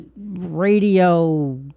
radio